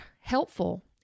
helpful